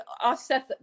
offset